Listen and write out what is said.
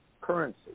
currency